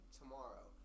tomorrow